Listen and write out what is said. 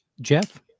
Jeff